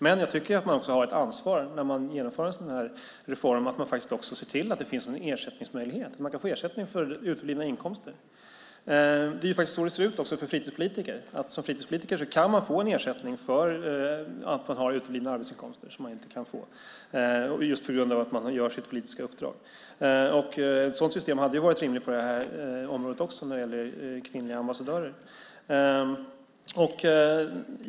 Men jag tycker också att man har ett ansvar när man genomför en sådan här reform att se till att det finns en ersättningsmöjlighet så att man kan få ersättning för uteblivna inkomster. Så ser det faktiskt ut för fritidspolitiker. Som fritidspolitiker kan man få en ersättning för uteblivna arbetsinkomster på grund av att det politiska uppdraget. Ett sådant system hade varit rimligt på det här området också, när det gäller kvinnliga ambassadörer.